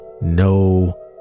no